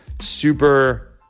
Super